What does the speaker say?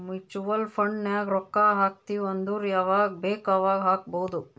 mutual fund ನಾಗ್ ರೊಕ್ಕಾ ಹಾಕ್ತಿವ್ ಅಂದುರ್ ಯವಾಗ್ ಬೇಕ್ ಅವಾಗ್ ಹಾಕ್ಬೊದ್